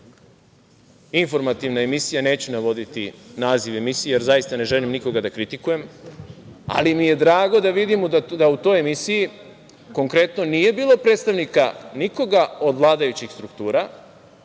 informativna emisija, neću navoditi naziv emisije, jer zaista ne želim nikoga da kritikujem, ali mi je drago da vidimo da u toj emisiji konkretno nije bilo predstavnika nikoga od vladajućih struktura,